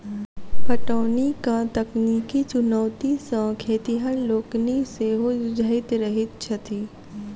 पटौनीक तकनीकी चुनौती सॅ खेतिहर लोकनि सेहो जुझैत रहैत छथि